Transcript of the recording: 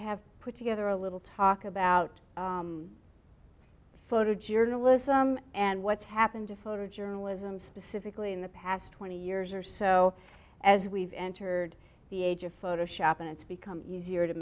have put together a little talk about photo journalism and what's happened to photo journalism specifically in the past twenty years or so as we've entered the age of photoshop and it's become easier to